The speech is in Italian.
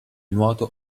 nuoto